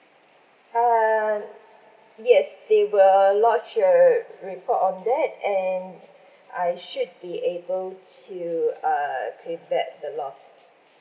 uh yes they will lodge a report on that and I should be able to uh claim back the loss